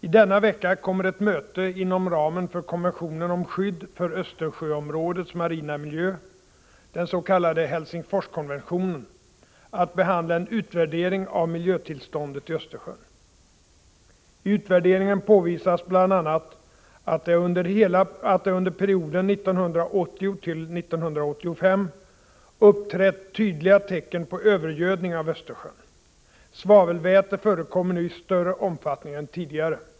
I denna vecka kommer ett möte inom ramen för konventionen om skydd för Östersjöområdets marina miljö, den s.k. Helsingforskonventionen, att behandla en utvärdering av miljötillståndet i Östersjön. I utvärderingen påvisas bl.a. att det under perioden 1980-1985 uppträtt tydliga tecken på övergödning av Östersjön. Svavelväte förekommer nu i större omfattning än tidigare.